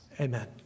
Amen